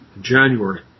January